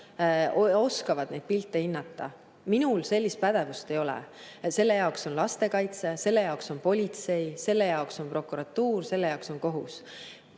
oskavad neid pilte hinnata. Minul sellist pädevust ei ole. Selle jaoks on lastekaitse, selle jaoks on politsei, selle jaoks on prokuratuur, selle jaoks on kohus.